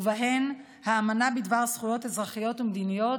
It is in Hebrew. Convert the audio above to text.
ובהן האמנה בדבר זכויות אזרחיות ומדיניות,